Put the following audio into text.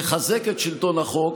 תחזק את שלטון החוק,